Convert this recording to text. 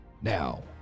Now